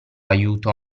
aiuto